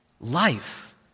life